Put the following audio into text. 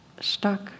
stuck